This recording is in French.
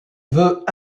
veut